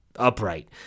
Upright